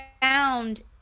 found